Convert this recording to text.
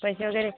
पैसे वगैरे